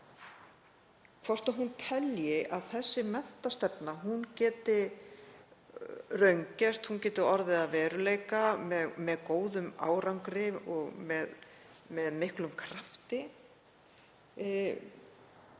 hvort hún telji að þessi menntastefna geti raungerst, að hún geti orðið að veruleika með góðum árangri og með miklum krafti,